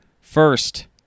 First